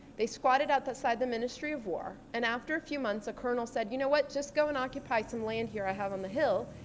they squatted at the side of ministry of war and after a few months, a colonel said, you know what? just go and occupy some land here i have on the hill.